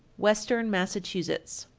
western massachusetts.